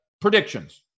predictions